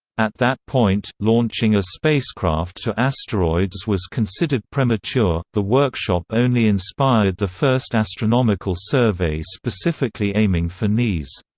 at that point, launching a spacecraft to asteroids was considered premature the workshop only inspired the first astronomical survey specifically aiming for neas.